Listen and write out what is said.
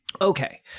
okay